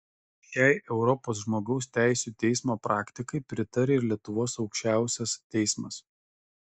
šiai europos žmogaus teisių teismo praktikai pritaria ir lietuvos aukščiausias teismas